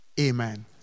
Amen